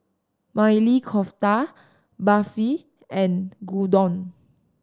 Maili Kofta Barfi and Gyudon